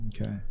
Okay